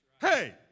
Hey